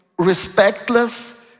respectless